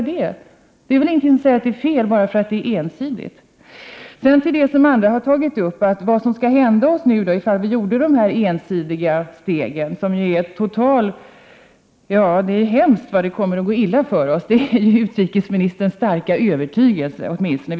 Det är väl ingenting som säger att nedrustning är fel bara därför att den är ensidig. Vad skulle hända oss om vi nu vidtog dessa ensidiga steg? Vi får höra att det kommer att gå förskräckligt illa för oss — det är utrikesministerns starka övertygelse.